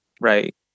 right